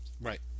Right